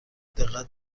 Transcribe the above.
دقت